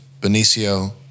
Benicio